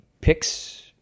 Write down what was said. picks